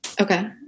Okay